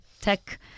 tech